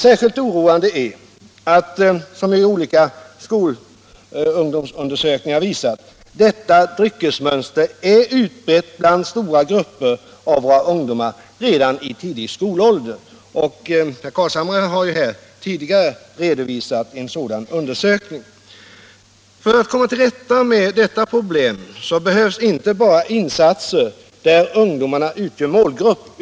Särskilt oroande är det att — som olika skolungdomsundersökningar har visat — detta dryckesmönster är utbrett bland stora grupper av våra ungdomar redan i skolåldern. Herr Carlshamre har tidigare i dag redovisat en sådan undersökning. För att komma till rätta med detta problem behövs inte bara insatser där ungdomarna utgör målgrupp.